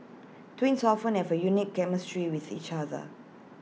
twins often have A unique chemistry with each other